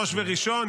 ראש וראשון,